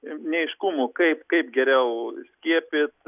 neaiškumų kaip kaip geriau skiepyt